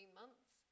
months